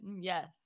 yes